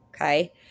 okay